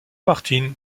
martin